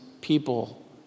people